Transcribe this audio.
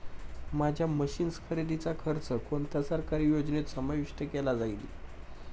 माझ्या मशीन्स खरेदीचा खर्च कोणत्या सरकारी योजनेत समाविष्ट केला जाईल?